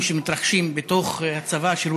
תודה.